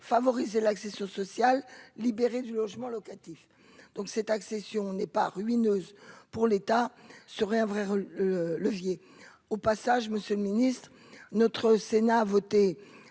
favoriser l'accession sociale libérer du logement locatif donc cette accession n'est pas ruineuse pour l'État serait un vrai levier au passage, Monsieur le Ministre, notre Sénat a voté